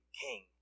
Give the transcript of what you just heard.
king